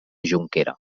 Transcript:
jonquera